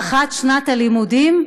הארכת שנת הלימודים תימשך,